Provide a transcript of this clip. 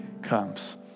comes